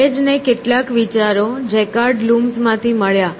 Babbage ને કેટલાક વિચારો જેકાર્ડ લૂમ્સ માંથી મળ્યા